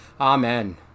Amen